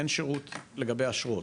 אין שירות לגבי אשרות.